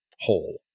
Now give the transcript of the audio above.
whole